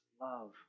love